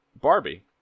Barbie